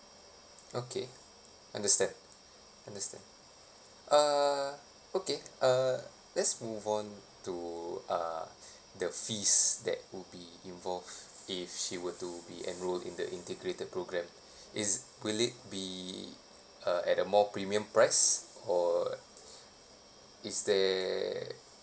okay understand understand uh okay uh let's move on to uh the fees that would be involved if she were to be enrolled in the integrated programme is will it be uh at a more premium price or is there